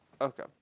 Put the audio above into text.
Okay